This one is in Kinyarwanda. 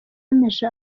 wemeje